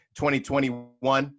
2021